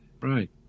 Right